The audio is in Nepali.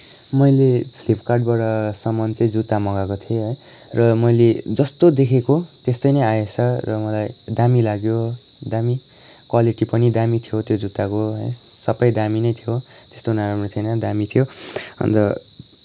मैले फ्लिपकार्टबाट सामान चाहिँ जुत्ता मगाएको थिएँ है र मैले जस्तो देखेको त्यस्तै नै आएछ र मलाई दामी लाग्यो दामी क्वालिटी पनि दामी थियो त्यो जुत्ताको है सबै दामी नै थियो त्यस्तो नराम्रो थिएन दामी थियो अन्त